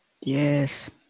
Yes